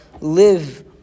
live